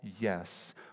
yes